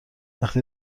وقتی